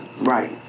Right